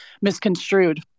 misconstrued